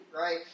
right